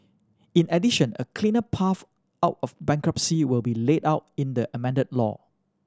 in addition a clearer path out of bankruptcy will be laid out in the amended law